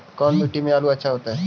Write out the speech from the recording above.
कोन मट्टी में आलु अच्छा होतै?